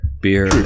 beer